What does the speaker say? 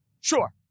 Sure